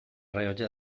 rellotge